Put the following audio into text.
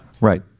Right